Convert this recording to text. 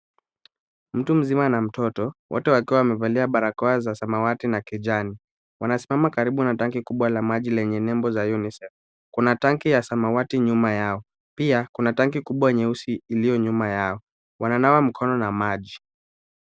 Mtu mzima na mtoto, wote wakiwa wamevalia barakoa za samawati na kijani. Wanasimama karibu na tangi kubwa la maji lenye nembo za Unicef. Kuna tanki ya samawati nyuma yao. Pia kuna tanki kubwa nyeusi iliyo nyuma yao. Wananawa mikono na maji.